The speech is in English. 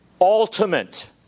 ultimate